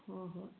ꯍꯣꯏ ꯍꯣꯏ